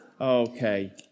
Okay